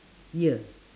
year